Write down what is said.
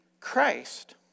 Christ